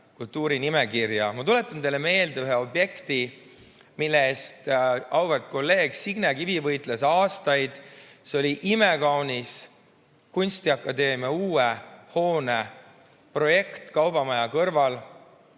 kultuurinimekirja. Ma tuletan teile meelde üht objekti, mille eest auväärt kolleeg Signe Kivi võitles aastaid. See oli imekaunis kunstiakadeemia uue hoone projekt kaubamaja kõrval,